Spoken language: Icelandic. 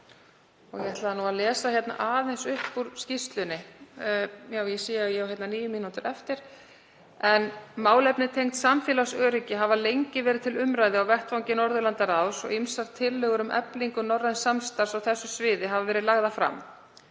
Ég ætla að lesa aðeins upp úr skýrslunni, með leyfi forseta. Ég sé að ég á níu mínútur eftir. „Málefni tengd samfélagsöryggi hafa lengi verið til umræðu á vettvangi Norðurlandaráðs og ýmsar tillögur um eflingu norræns samstarfs á þessu sviði hafa verið lagðar fram.